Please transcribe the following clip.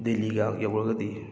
ꯗꯦꯜꯂꯤ ꯒꯥꯡ ꯌꯧꯈ꯭ꯔꯒꯗꯤ